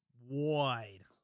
wide